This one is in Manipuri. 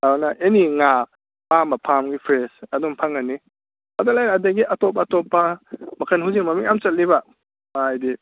ꯑꯗꯨꯅ ꯑꯦꯅꯤ ꯉꯥ ꯄꯥꯝꯕ ꯐꯥꯝꯒꯤ ꯐ꯭ꯔꯦꯁ ꯑꯗꯨꯝ ꯐꯪꯒꯅꯤ ꯑꯗꯨ ꯂꯩꯔꯦ ꯑꯗꯒꯤ ꯑꯇꯣꯞ ꯑꯇꯣꯞꯄ ꯃꯈꯟ ꯍꯧꯖꯤꯛ ꯃꯃꯤꯡ ꯌꯥꯝ ꯆꯠꯂꯤꯕ ꯍꯥꯏꯗꯤ